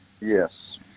Yes